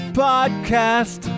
podcast